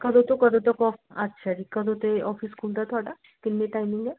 ਕਦੋਂ ਤੋਂ ਕਦੋਂ ਤੱਕ ਓ ਅੱਛਾ ਜੀ ਕਦੋਂ ਅਤੇ ਆਫਿਸ ਖੁੱਲਦਾ ਤੁਹਾਡਾ ਕਿੰਨੀ ਟਾਈਮਿੰਗ ਹੈ